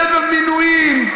סבב מינויים,